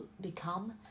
become